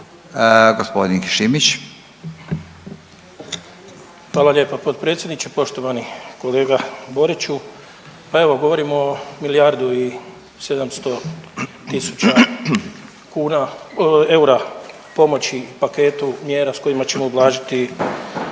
Hrvoje (HDZ)** Hvala lijepa potpredsjedniče. Poštovani kolega Boriću pa evo govorimo o milijardu i 700 tisuća kuna, eura pomoći paketu mjera s kojima ćemo ublažiti